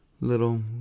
little